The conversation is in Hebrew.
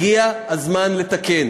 הגיע הזמן לתקן.